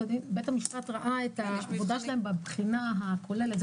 בית המשפט ראה את העבודה שלהם בבחינה הכוללת.